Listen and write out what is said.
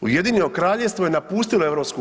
Ujedinjeno Kraljevstvo je napustilo EU.